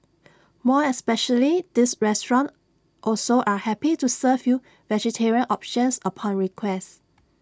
more especially this restaurant also are happy to serve you vegetarian options upon request